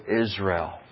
Israel